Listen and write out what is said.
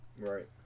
Right